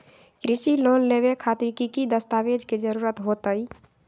कृषि लोन लेबे खातिर की की दस्तावेज के जरूरत होतई?